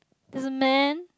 there's a man